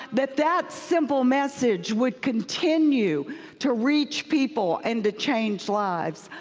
that that simple message would continue to reach people and to change lives.